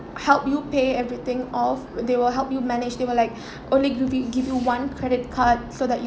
help you pay everything off they will help you manage they will like only give you one credit card so that y~